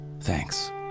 thanks